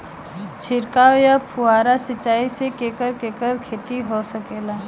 छिड़काव या फुहारा सिंचाई से केकर केकर खेती हो सकेला?